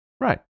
Right